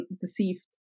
deceived